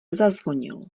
zazvonil